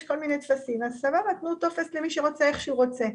אז תנו טופס למי שרוצה ואיך שהוא רוצה.